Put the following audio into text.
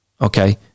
Okay